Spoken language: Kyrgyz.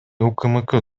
укмк